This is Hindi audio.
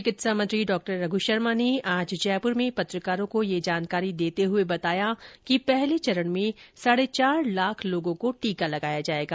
चिकित्सा मंत्री डॉ रघ शर्मा ने आज जयपुर में पत्रकारों को यह जानकारी देते हुए बताया कि पहले चरण में साढ़े चार लाख लोगों को टीका लगाया जाएगा